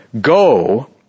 go